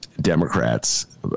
Democrats